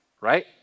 right